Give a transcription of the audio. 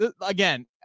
Again